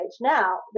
Now